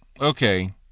Okay